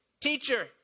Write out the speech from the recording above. Teacher